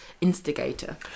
instigator